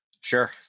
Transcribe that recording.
Sure